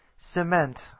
Cement